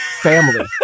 family